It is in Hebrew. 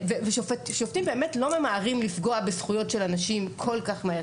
שופטים באמת לא ממהרים לפגוע בזכויות של אנשים כל כך מהר.